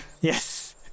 Yes